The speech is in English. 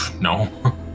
No